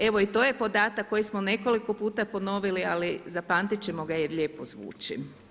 Evo to je podatak koji smo nekoliko puta ponovili, ali zapamtit ćemo ga jer lijepo zvuči.